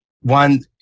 one